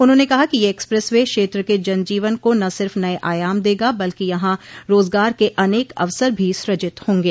उन्होंने कहा कि यह एक्सप्रेस वे क्षेत्र के जन जीवन को न सिर्फ़ नये आयाम देगा बल्कि यहां रोजगार के अनेक अवसर भी सूजित होंगे